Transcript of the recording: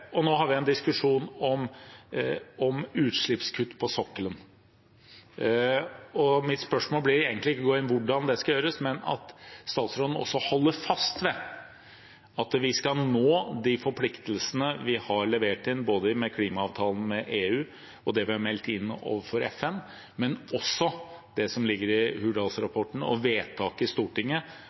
Nå har vi en diskusjon om utslippskutt på sokkelen. Mitt spørsmål blir egentlig ikke hvordan det skal gjøres, men om statsråden holder fast ved at vi skal nå de forpliktelsene vi har levert inn, både med klimaavtalen med EU og det vi har meldt inn overfor FN, og også det som ligger i Hurdalsplattformen, og vedtaket i Stortinget